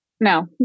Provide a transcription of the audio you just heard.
No